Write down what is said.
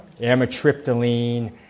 amitriptyline